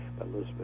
Elizabeth